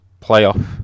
playoff